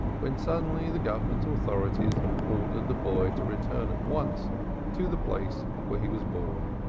when suddenly the government authorities ordered the boy to return at once to the place where he was born.